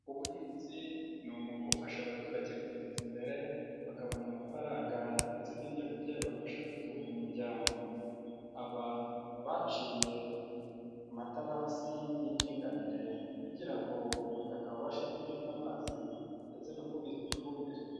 Ubuhinzi ni umwuga ufasha abaturage kwiteza imbere bakabona amafaranga ndetse n'ibyo kurya bibafasha gutunga umuryango, aba baciye amatarasi y'indinganire kugira ngo ubutaka bubashe kubika amazi ndetse no kubika ifumbire.